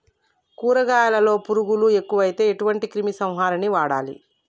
కూరగాయలలో పురుగులు ఎక్కువైతే ఎటువంటి క్రిమి సంహారిణి వాడాలి?